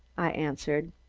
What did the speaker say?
i answered.